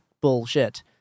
bullshit